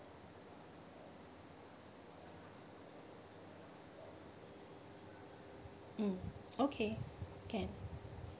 mm okay can